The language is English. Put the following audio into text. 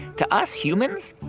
to us humans,